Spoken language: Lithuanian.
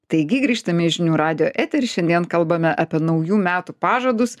taigi grįžtame į žinių radijo eterį šiandien kalbame apie naujų metų pažadus